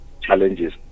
challenges